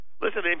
Listen